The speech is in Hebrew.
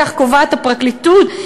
כך קובעת הפרקליטות,